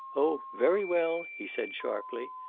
oh, very well, he said sharply.